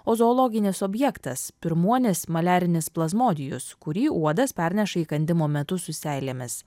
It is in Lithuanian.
o zoologinis objektas pirmuonis maliarinis plazmodijus kurį uodas perneša įkandimo metu su seilėmis